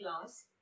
class